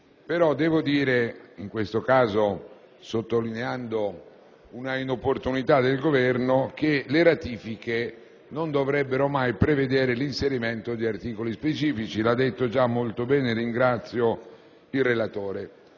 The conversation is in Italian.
dire tuttavia, in questo caso sottolineando una inopportunità del Governo, che le ratifiche non dovrebbero mai prevedere l'inserimento di articoli specifici - l'ha già detto molto bene il relatore